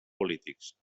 polítics